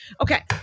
Okay